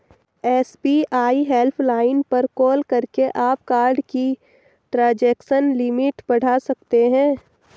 SBI helpline पर call करके आप कार्ड की ट्रांजैक्शन लिमिट बढ़ा सकते हैं